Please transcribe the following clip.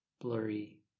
blurry